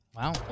Wow